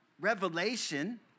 Revelation